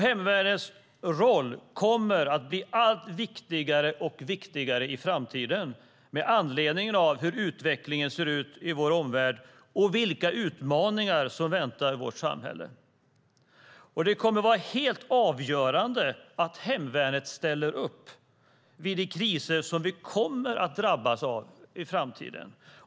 Hemvärnets roll kommer att bli viktigare och viktigare i framtiden med anledning av hur utvecklingen ser ut i vår omvärld och vilka utmaningar som väntar vårt samhälle. Det kommer att vara helt avgörande att hemvärnet ställer upp vid de kriser som vi kommer att drabbas av i framtiden.